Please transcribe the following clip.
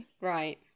Right